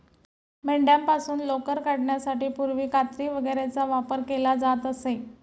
मेंढ्यांपासून लोकर काढण्यासाठी पूर्वी कात्री वगैरेचा वापर केला जात असे